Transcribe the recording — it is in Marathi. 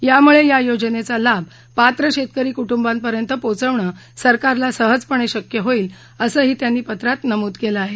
यामुळे या योजनेचा लाभ पात्र शेतकरी कुटुंबांपर्यंत पोहोचवणं सरकारला सहजपणे शक्य होईल असंही त्यांनी पत्रात नमूद केलं आहे